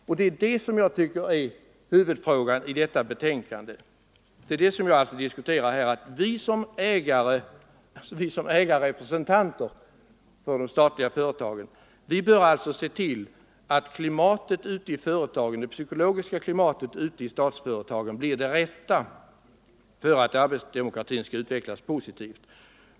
Och vad jag tycker är huvudfrågan i detta betänkande och vad jag diskuterar här är att vi som ägarrepresentanter när det gäller de statliga företagen bör se till att det psykologiska klimatet ute i statsföretagen blir det rätta för att arbetsdemokratin skall utvecklas positivt.